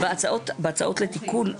בהצעות לתיקון,